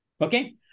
okay